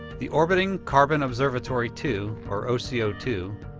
the orbiting carbon observatory two, or oco two,